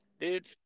Dude